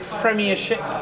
Premiership